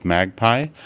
Magpie